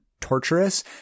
torturous